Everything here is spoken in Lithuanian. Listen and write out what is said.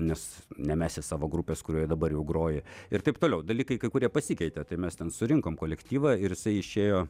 nes nemesi savo grupės kurioj dabar jau groji ir taip toliau dalykai kai kurie pasikeitė tai mes ten surinkom kolektyvą ir jisai išėjo